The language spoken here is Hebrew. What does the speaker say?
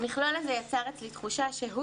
"המכלול הזה יצר אצלי את התחושה שהוא,